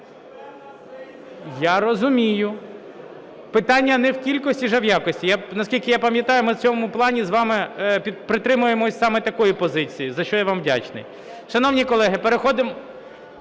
Я розумію. Питання не в кількості ж, а в якості. Наскільки пам'ятаю, ми в цьому плані з вами притримуємось саме такої позиції, за що я вам вдячний. Шановні колеги, переходимо